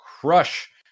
crush